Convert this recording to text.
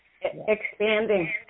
Expanding